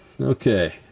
Okay